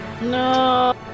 No